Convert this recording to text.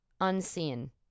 unseen